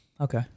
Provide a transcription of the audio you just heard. Okay